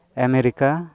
America